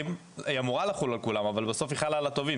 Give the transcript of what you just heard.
היא אמורה לחול על כולם אבל בסוף היא חלה על הטובים.